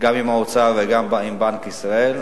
גם עם האוצר וגם עם בנק ישראל.